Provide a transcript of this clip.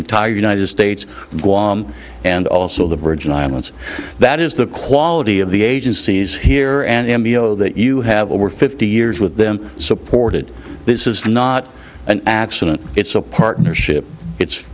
entire united states guam and also the virgin islands that is the quality of the agencies here and m b o that you have over fifty years with them supported this is not an accident it's a partnership